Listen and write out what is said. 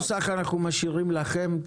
נוסח אנחנו משאירים לכם,